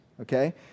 okay